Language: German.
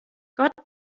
gott